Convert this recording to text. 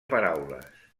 paraules